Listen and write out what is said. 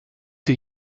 der